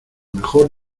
mejor